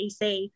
EC